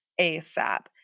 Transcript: ASAP